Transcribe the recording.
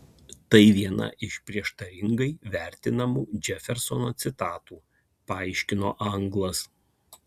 tai viena iš prieštaringai vertinamų džefersono citatų paaiškino anglas